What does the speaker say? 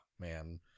Man